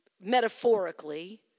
metaphorically